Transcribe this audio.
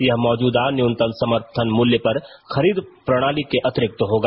यह मौजूदा न्यूनतम समर्थन मूल्य पर खरीद प्रणाली के अतिरिक्त होगा